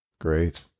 great